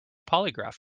polygraph